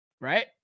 Right